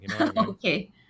Okay